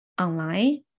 online